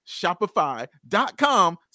Shopify.com